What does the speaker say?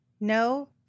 No